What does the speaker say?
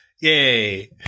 Yay